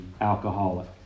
alcoholic